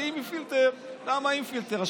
ואם עם פילטר: למה עם פילטר?